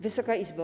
Wysoka Izbo!